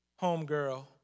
homegirl